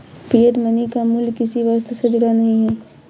fiat money का मूल्य किसी वस्तु से जुड़ा नहीं है